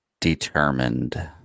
determined